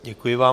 Děkuji vám.